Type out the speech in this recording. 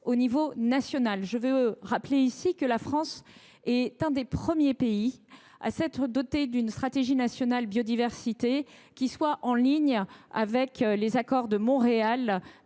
au niveau national. Je rappelle que la France est l’un des premiers pays à s’être doté d’une stratégie nationale biodiversité (SNB) en ligne avec les accords de Montréal